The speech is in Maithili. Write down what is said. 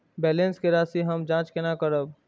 बैलेंस के राशि हम जाँच केना करब?